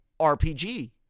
RPG